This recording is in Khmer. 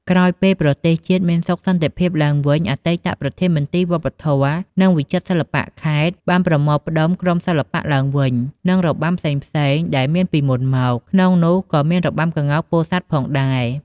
ក្រោយពេលប្រទេសជាតិមានសុខសន្តិភាពឡើងវិញ អតីតប្រធានមន្ទីរវប្បធម៌ និងវិចិត្រសិល្បៈខេត្ដ បានប្រមូលផ្ដុំក្រុមសិល្បៈឡើងវិញ និងរបាំផ្សេងៗដែលមានពីមុនមក ក្នុងនោះក៏មានរបាំក្ងោកពោធិ៍សាត់ផងដែរ ។